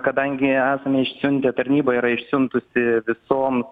kadangi esame išsiuntę tarnyba yra išsiuntusi visoms